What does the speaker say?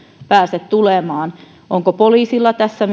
pääse tulemaan millainen rooli poliisilla on tässä